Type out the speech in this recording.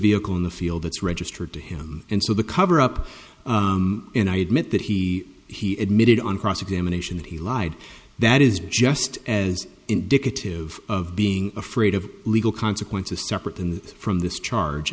vehicle in the field that's registered to him and so the cover up and i admit that he he admitted on cross examination that he lied that is just as indicative of being afraid of legal consequences separate in that from this charge